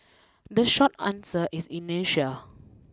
the short answer is inertia